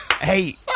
hey